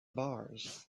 bars